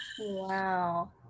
Wow